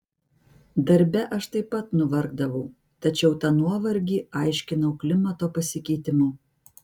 darbe aš taip pat nuvargdavau tačiau tą nuovargį aiškinau klimato pasikeitimu